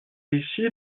ici